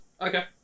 Okay